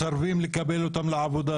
מסרבים לקבל אותם לעבודה